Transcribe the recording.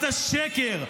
לא במערכת המכפלה ולא בשכם.